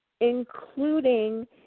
Including